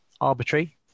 arbitrary